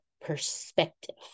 perspective